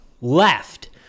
left